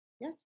Yes